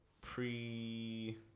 pre